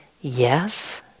yes